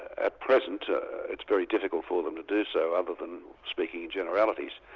at present it's very difficult for them to do so, other than speaking in generalities.